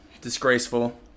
Disgraceful